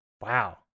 Wow